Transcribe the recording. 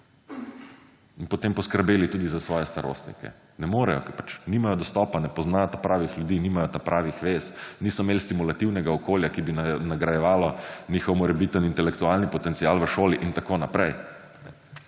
in potem poskrbeli tudi za svoje starostnike. Ne morejo, ker pač nimajo dostopa, ne poznajo tapravih ljudi, nimajo tapravih vez, niso imeli stimulativnega okolja, ki bi nagrajevalo njihov morebiten intelektualen potencial v šoli in tako naprej.